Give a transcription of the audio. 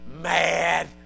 mad